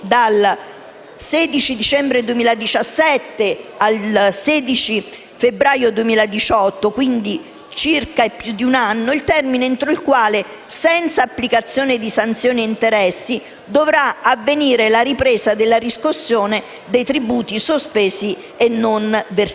16 dicembre 2017 al 16 febbraio 2018 - quindi di più di un anno - il termine entro il quale, senza applicazione di sanzioni e interessi, dovrà avvenire la ripresa della riscossione dei tributi sospesi e non versati.